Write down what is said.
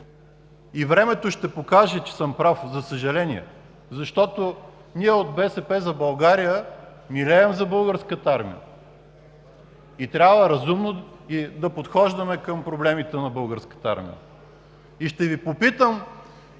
Времето ще покаже, че съм прав, за съжаление, защото ние от „БСП за България“ милеем за Българската армия и трябва разумно да подхождаме към проблемите на Българската армия. Ще Ви попитам